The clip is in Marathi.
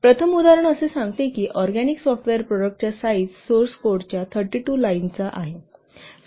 प्रथम उदाहरण असे सांगते की organic software product size source code 32 लाईनचा आहे